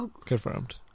Confirmed